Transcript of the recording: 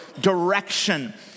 direction